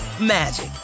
magic